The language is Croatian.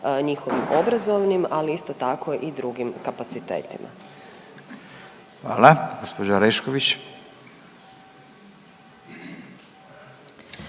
njihovim obrazovnim, ali isto tako i drugim kapacitetima. **Radin, Furio